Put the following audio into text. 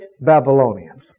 Babylonians